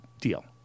deal